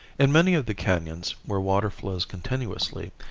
in many of the canons where water flows continuously,